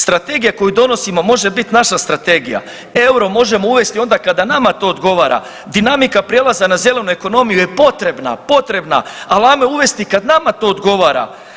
Strategija koju donosimo može bit naša strategija, euro možemo uvesti onda kada nama to odgovara, dinamika prijelaza na zelenu ekonomiju je potrebna, potrebna, ali ajmo je uvesti kada nama to odgovara.